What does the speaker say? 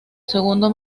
segundo